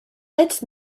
it’s